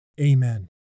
Amen